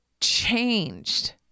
changed